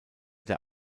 der